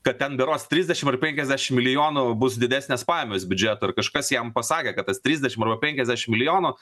kad ten berods trisdešim ar penkiasdešim milijonų bus didesnės pajamos biudžeto ir kažkas jam pasakė kad tas trisdešim arba penkiasdešim milijonų